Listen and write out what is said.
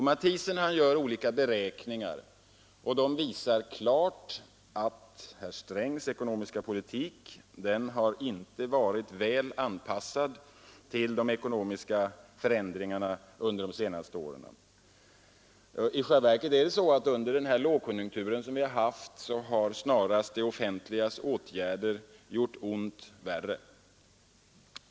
Matthiessen gör olika beräkningar som klart visar att herr Strängs ekonomiska politik inte har varit väl anpassad till de ekonomiska förändringarna under de senaste åren. I själva verket har det offentligas åtgärder under den lågkonjunktur vi har haft snarast gjort ont värre.